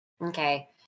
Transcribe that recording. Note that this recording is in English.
Okay